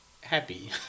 happy